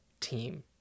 team